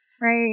Right